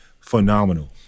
phenomenal